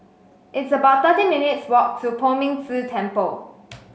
it's about thirteen minutes' walk to Poh Ming Tse Temple